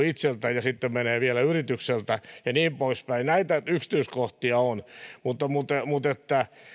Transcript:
itseltä ja sitten vielä yritykseltä ja niin poispäin näitä yksityiskohtia on mutta mutta